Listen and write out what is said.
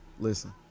Listen